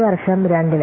പ്രതിവർഷം 200000